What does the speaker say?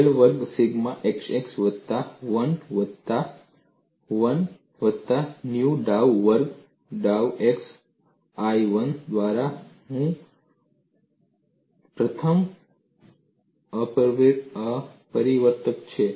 del વર્ગ sigma xx વત્તા 1 દ્વારા 1 વત્તા ન્યુ ડાઉ વર્ગ ડાઉ x વર્ગ I 1 દ્વારા જ્યાં હું 1 પ્રથમ અપરિવર્તક છે